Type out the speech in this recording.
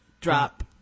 drop